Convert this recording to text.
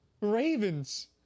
Ravens